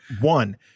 One